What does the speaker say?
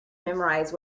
memorize